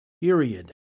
Period